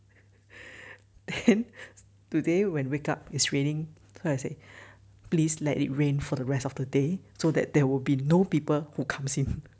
then today when wake up it's raining cause I say please let it rain for the rest of the day so that there will be no people who comes in